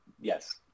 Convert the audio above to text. yes